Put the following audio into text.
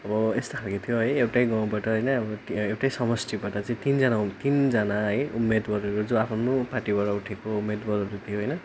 अब यस्तो खाले थियो है एउटा गाउँबाट होइन अब एउटा समष्टिबाट चाहिँ तिनजना तिनजना है उम्मेदवारहरू जो आफ्नो आफ्नो पार्टीबाट उठेको उम्मेदवारहरू थियो होइन